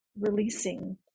releasing